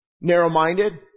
Narrow-minded